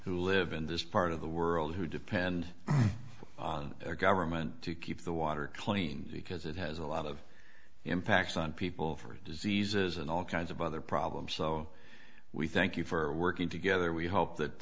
who live in this part of the world who depend on their government to keep the water clean because it has a lot of impacts on people for diseases and all kinds of other problems so we thank you for working together we hope that